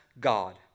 God